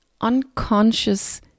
unconscious